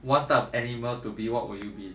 one type of animal to be what will you be